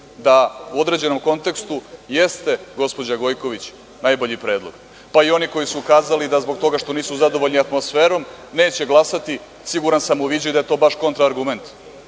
da u određenom kontekstu jeste gospođa Gojković najbolji predlog, pa i oni koji su kazali da zbog toga što nisu zadovoljni atmosferom neće glasati, siguran sam da je to baš kontra argument,